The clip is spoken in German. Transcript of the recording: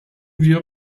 wir